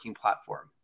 platform